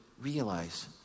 realize